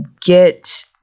get